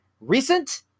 recent